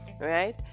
right